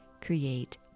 create